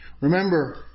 Remember